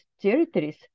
territories